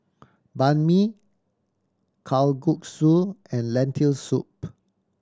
Banh Mi Kalguksu and Lentil Soup